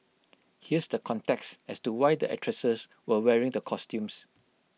here's the context as to why the actresses were wearing the costumes